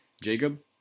Jacob